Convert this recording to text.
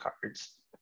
cards